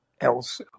else